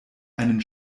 einen